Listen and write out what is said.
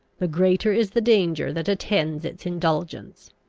the greater is the danger that attends its indulgence.